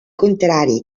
contrari